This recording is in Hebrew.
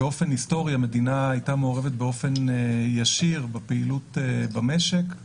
באופן היסטורי המדינה הייתה מעורבת ישירות בפעילות במשק,